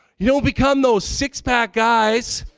you don't become those six-pack guys